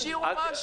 לפחות תשאירו משהו.